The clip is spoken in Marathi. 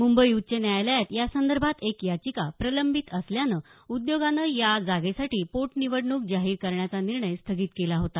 मुंबई उच्च न्यायालयात या संदर्भात एक याचिका प्रलंबित असल्यानं आयोगानं या जागेसाठी पोटनिवडणूक जाहीर करण्याचा निर्णय स्थगित केला होता